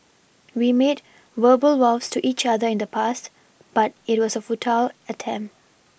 we made verbal vows to each other in the past but it was a futile attempt